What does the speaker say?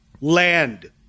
land